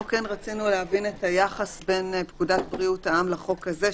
פה כן רצינו להבין את היחס בין פקודת בריאות העם לחוק הזה,